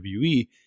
WWE